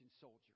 soldier